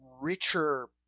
richer